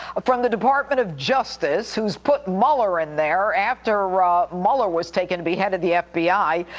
from the department of justice, who's put mueller in there after ah mueller was taken to be head of the fbi,